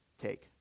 take